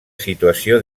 situació